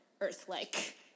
earth-like